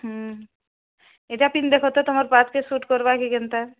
ହୁଁ ଏଇଟା ପିନ୍ଧ୍ ଦେଖ ତ ତୁମର୍ ପାଦ୍କେ ସୁଟ୍ କରବା କି କେନ୍ତା